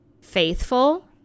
faithful